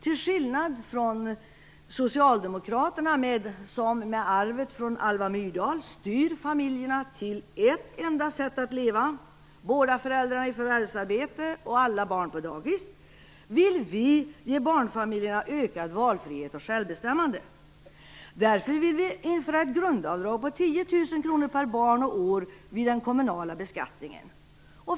Till skillnad från Socialdemokraterna som med arvet från Alva Myrdal styr familjerna till ett enda sätt att leva - båda föräldrarna i förvärvsarbete och alla barn på dagis - vill vi ge barnfamiljerna ökad valfrihet och ökat självbestämmande. Därför vill vi införa ett grundavdrag på 10 000 kronor per barn och år vid den kommunala beskattningen.